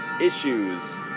issues